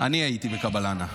אני הייתי בקבלנה.